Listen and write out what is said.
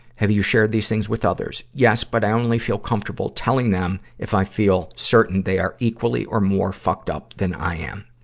have you shared these things with others? yes, but i only feel comfortable telling them if i feel certain they are equally or more fucked up than i am.